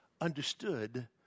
understood